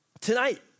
Tonight